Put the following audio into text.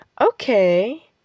Okay